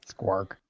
Squark